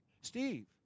Steve